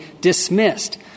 dismissed